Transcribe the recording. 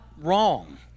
wrong